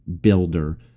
builder